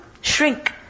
shrink